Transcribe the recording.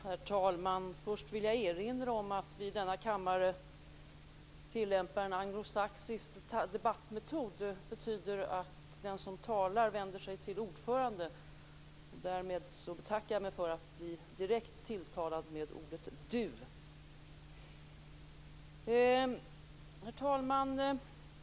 Herr talman! Först vill jag erinra om att vi i denna kammare tillämpar en anglosaxisk debattmetod. Det betyder att den som talar vänder sig till ordföranden. Därmed betackar jag mig för att bli direkt tilltalad med ordet du. Herr talman!